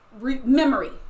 memory